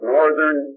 Northern